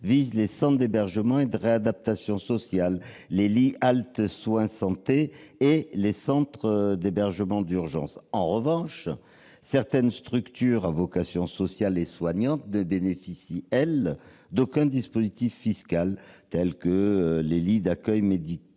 les centres d'hébergement et de réadaptation sociale, les lits halte soins santé et les centres d'hébergement d'urgence. En revanche, certaines structures à vocation sociale et soignante ne bénéficient d'aucun dispositif fiscal. Je pense notamment aux lits d'accueil médicalisés.